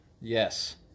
Yes